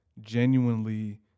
genuinely